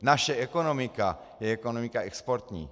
Naše ekonomika je ekonomika exportní.